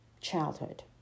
childhood